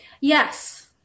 Yes